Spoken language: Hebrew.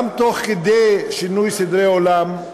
גם תוך כדי שינוי סדרי עולם,